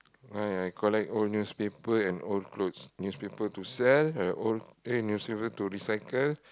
ya I collect old newspaper and old clothes newspaper to sell uh old eh newspaper to recycle